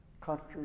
country